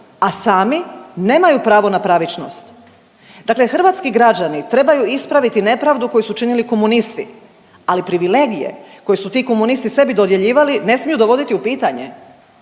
a sami nemaju pravo na pravičnost? Dakle, hrvatski građani trebaju ispraviti nepravdu koju su činili komunisti, ali privilegije koje su ti komunisti sebi dodjeljivali ne smiju dovoditi u pitanje?